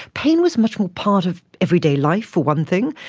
pain was much more part of everyday life, for one thing,